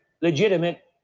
legitimate